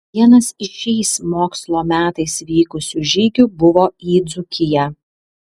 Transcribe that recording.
vienas iš šiais mokslo metais vykusių žygių buvo į dzūkiją